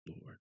Lord